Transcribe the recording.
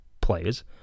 players